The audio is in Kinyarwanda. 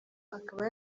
akaba